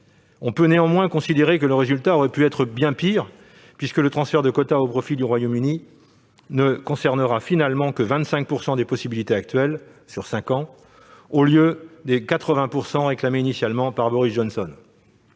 On peut néanmoins considérer que le résultat aurait pu être bien pire, puisque le transfert de quotas au profit du Royaume-Uni ne concernera finalement que 25 % des possibilités actuelles sur cinq ans au lieu des 80 % réclamés initialement par Boris Johnson.